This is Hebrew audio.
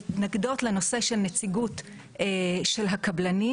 אנחנו מתנגדות לנושא של נציגות של הקבלנים